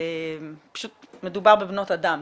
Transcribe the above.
ופשוט מדובר בבנות אדם,